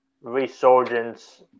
resurgence